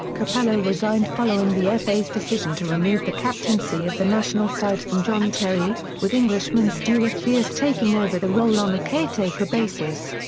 capello resigned following the fa's decision to remove the captaincy of the national side from john terry, with englishman stuart pearce taking over the role on um a caretaker basis.